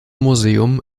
museum